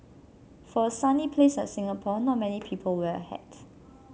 for a sunny place like Singapore not many people wear a hat